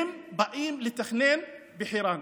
הם באים לתכנן בחיראן.